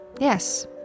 yes